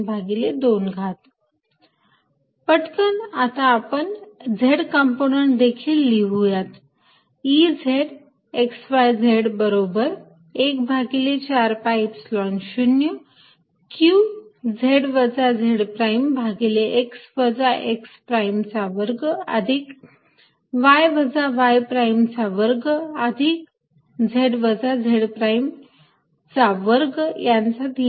Exxyz14π0qx xx x2y y2z z232 Eyxyz14π0qy yx x2y y2z z232 पटकन आपण z component देखील लिहूयात Ez xyz बरोबर 1 भागिले 4 pi Epsilon 0 q z वजा z प्राईम भागिले x वजा x प्राईम चा वर्ग अधिक y वजा y प्राईम चा वर्ग अधिक z वजा z प्राईम चा वर्ग यांचा 32 घात